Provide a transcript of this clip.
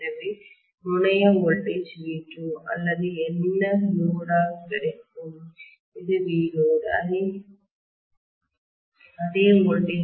எனவே முனைய மின்னழுத்தம்வோல்டேஜ் V2 அல்லது என்ன லோடு இல் கிடைக்கும் இது VLoad